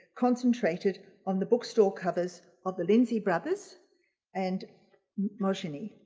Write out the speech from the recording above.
concentrated on the bookstall covers of the lindsey brothers and mojini.